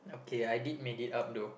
okay I did made it up though